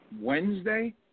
Wednesday